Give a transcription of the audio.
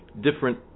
different